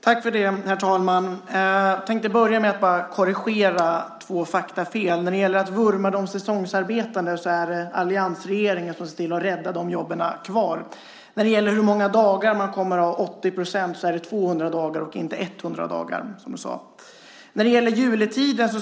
Herr talman! Jag vill börja med att korrigera två faktafel. Det talades om att man vurmar för säsongsarbete - det är faktiskt alliansregeringen som ser till att rädda de jobben. Och det är under 200 dagar som man har 80 %- inte 100 dagar som Ann-Christin Ahlberg sade.